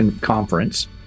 conference